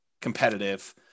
competitive